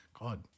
God